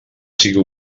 sigui